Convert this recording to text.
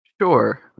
Sure